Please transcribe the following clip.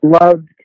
loved